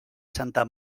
santa